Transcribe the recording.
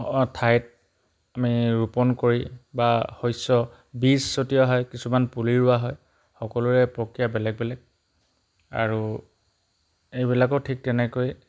ঠাইত আমি ৰোপণ কৰি বা শস্য বীজ ছটিওৱা হয় কিছুমান পুলি ৰোৱা হয় সকলোৰে প্ৰক্ৰিয়া বেলেগ বেলেগ আৰু এইবিলাকো ঠিক তেনেকৈ